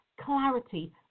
clarity